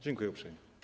Dziękuję uprzejmie.